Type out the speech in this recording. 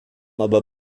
aber